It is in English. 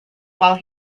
while